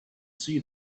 see